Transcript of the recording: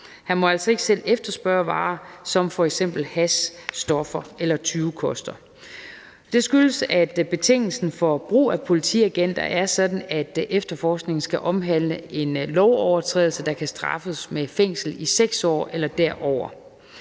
Han må altså ikke selv efterspørge varer som f.eks. hash, stoffer eller tyvekoster. Det skyldes, at betingelsen for brug af politiagenter er sådan, at efterforskningen skal omhandle en lovovertrædelse, der kan straffes med fængsel i 6 år eller derover.